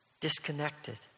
disconnected